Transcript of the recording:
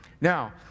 Now